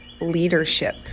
leadership